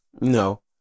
no